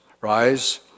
Rise